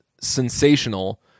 sensational